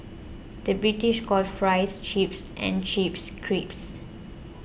the British calls Fries Chips and Chips Crisps